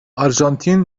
آرژانتین